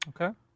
Okay